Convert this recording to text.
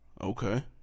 Okay